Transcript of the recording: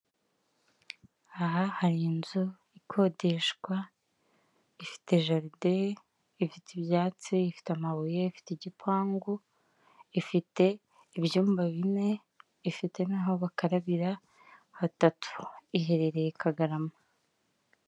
Aha hari inzu ikodeshwa ifite jaride, ifite ibyatsi, ifite amabuye, ifite igipangu, ifite ibyumba bine, ifite n'aho bakarabira hatatu iherereye Kagarama.